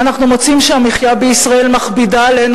"אנחנו מוצאים שהמחיה בישראל מכבידה עלינו